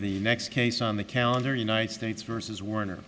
next case on the calendar united states versus warner